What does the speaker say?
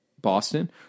Boston